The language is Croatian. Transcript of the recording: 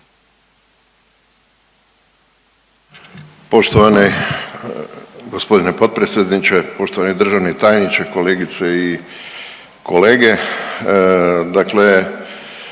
Poštovani gospodine potpredsjedniče, poštovani državni tajniče, kolegice i kolege, dakle